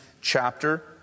chapter